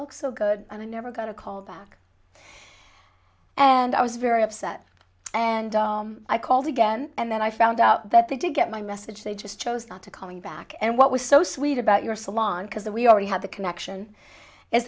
look so good and i never got a call back and i was very upset and i called again and then i found out that the to get my message they just chose not to coming back and what was so sweet about your salon because that we already have the connection is